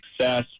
success